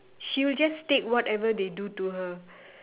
she'll just take whatever they do to her